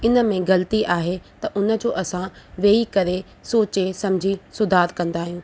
इन में ग़लती आहे त उन जो असां वेही करे सोचे सम्झी सुधार कंदा आहियूं